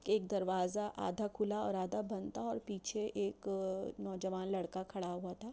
ایک دروازہ آدھا کُھلا اور آدھا بند تھا اور پیچھے ایک نوجوان لڑکا کھڑا ہُوا تھا